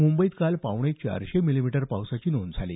मुंबईत काल पावणे चारशे मिलीमीटर पावसाची नोंद झाली